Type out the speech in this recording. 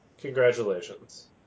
congratulations